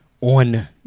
on